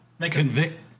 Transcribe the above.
convict